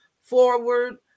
forward